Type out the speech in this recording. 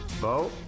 Bo